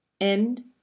End